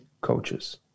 coaches